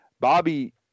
Bobby